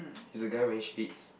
is the guy wearing shades